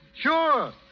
Sure